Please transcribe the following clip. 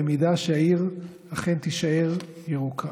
אם העיר אכן תישאר ירוקה.